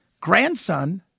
grandson